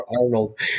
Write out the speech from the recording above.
Arnold